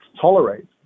tolerate